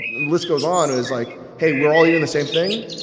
list goes on is, like, hey, we're all eating the same thing,